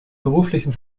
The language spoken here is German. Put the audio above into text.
beruflichen